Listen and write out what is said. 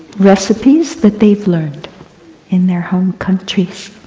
recipes that they've learned in their home countries.